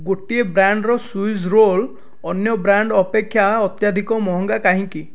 ଗୋଟିଏ ବ୍ରାଣ୍ଡ୍ର Swiss roll ଅନ୍ୟ ବ୍ରାଣ୍ଡ୍ ଅପେକ୍ଷା ଅତ୍ୟଧିକ ମହଙ୍ଗା କାହିଁକି